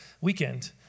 weekend